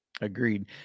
Agreed